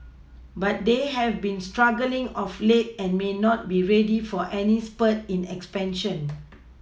but they have been struggling of late and may not be ready for any spurt in expansion